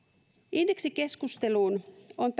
indeksikeskusteluun on